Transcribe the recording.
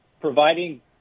providing